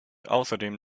außerdem